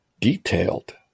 detailed